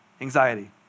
anxiety